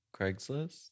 Craigslist